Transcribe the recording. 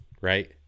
right